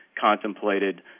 contemplated